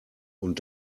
und